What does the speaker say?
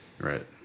Right